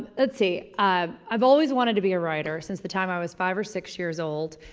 let's see i've always wanted to be a writer, since the time i was five or six years old.